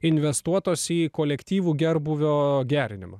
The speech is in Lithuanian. investuotos į kolektyvų gerbūvio gerinimą